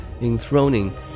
enthroning